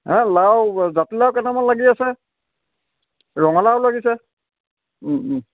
হে লাও জাতিলাও কেইটামান লাগি আছে ৰঙালাও লাগিছে